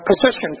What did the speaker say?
position